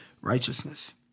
righteousness